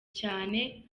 cyane